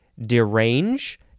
derange